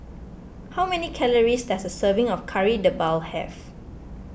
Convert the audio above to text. how many calories does a serving of Kari Debal have